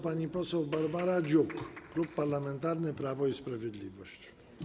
Pani poseł Barbara Dziuk, Klub Parlamentarny Prawo i Sprawiedliwość.